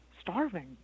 starving